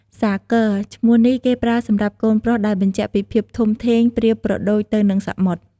សាគរ ឈ្មោះនេះគេប្រើសម្រាប់កូនប្រុស ដែលបញ្ជាក់ពីភាពធំធេងប្រៀបប្រដូចទៅនឹងសមុទ្រ។